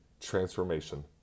transformation